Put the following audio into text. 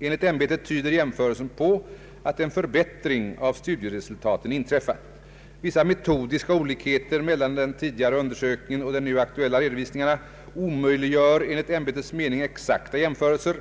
Enligt ämbetet tyder jämförelsen på att en förbättring av studieresultaten inträffat. Vissa metodiska olikheter mellan den tidigare undersökningen och de nu aktuella redovisningarna omöjliggör enligt ämbetets mening exakta jämförelser.